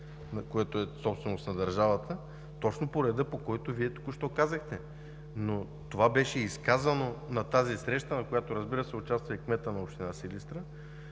което е собственост на държавата, точно по реда, по който Вие току-що казахте. Това беше казано на тази среща, на която, разбира се, участва и кметът на община Силистра